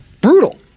Brutal